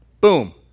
Boom